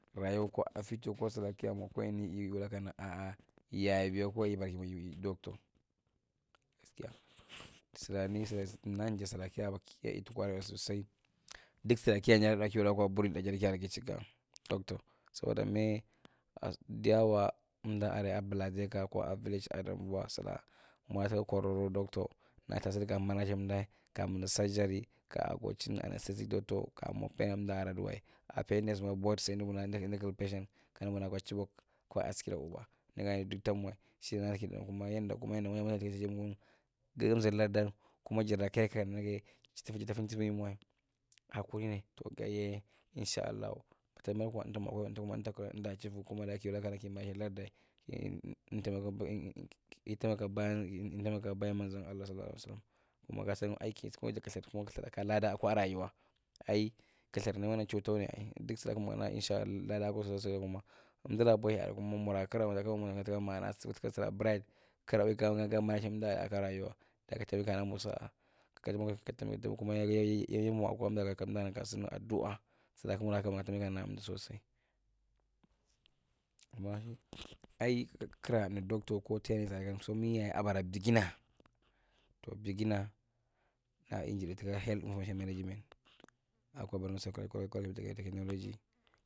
Rayuwa ko future koa sulaa kia mwaki wula kama ah ah yaa yabaro ki wiwi doctor gaskia sura nai sura nigan jasura kia bara nigan itikwa ko wi sosai duk sira kianjaavigi kurgan duk sura kiwi ita chiku doctor soboda maa diyawa emdula ka area akwa buladeka akwa village a dambuwa sulaa ma tuka kororo doctor nata sudi ka banaa chin ndae mindi surgery ka agochin ka assist doctor kamwa payen daran aduwa appendix ma both sai emdu kulba pacen kandu buna chibok ko askira uba niganye duk tamwawa yendo kuma yenda muna chuchinmu girzir lardi kuma jarla kayar nak ganye jarta faemchi mima hakurine faw ganye inshallahu ka tam mwa kwa imta achiving kuma kiwula ka ki bana emdur larde emta mwa ka bayang manzon allah sallallahu alai wasallam ai takira kathir ra ka kada kwa rayuwa ai kothir niman dutaune ai duk sura kumur man inshallahu ladakwa sosai ma emdura bohi area kuma mura kira kwa murtasndi tuka maana tigi sira bribe kigra wi gaa banachin emduarae kwa yen yinawa aka emduaren kasumwa eduwa sura kumur ha kima ka taabi ka nana kandu sosai ama ai kira nir doctor ko tenis aren miyaye abara digina tow beginer naani hi jaddi tuku health management akwa borno state ko college of technology.